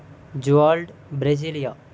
జ్వాల్డ్ Brasilia